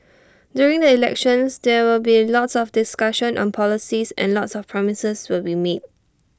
during the elections there will be lots of discussion on policies and lots of promises will be made